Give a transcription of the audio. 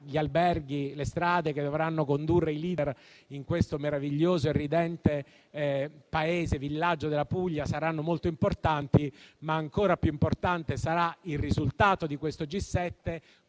gli alberghi e le strade che dovranno condurre i *Leader* nel meraviglioso e ridente villaggio della Puglia saranno molto importanti, ma ancora più importante sarà il risultato del G7,